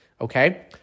okay